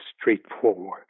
straightforward